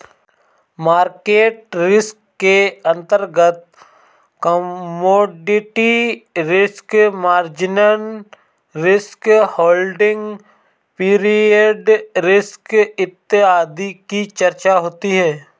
market risk के अंतर्गत commodity risk, margin risk, holding period risk इत्यादि की चर्चा होती है